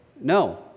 No